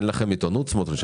אין לכם עיתונות, סמוטריץ'?